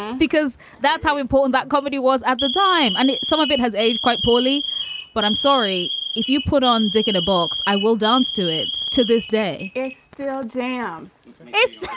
because that's how important that comedy was at the time. and some of it has aged quite poorly but i'm sorry if you put on dick in a box, i will dance to it. to this day, it's still jams it's